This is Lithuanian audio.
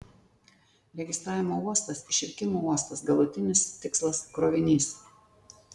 registravimo uostas išvykimo uostas galutinis tikslas krovinys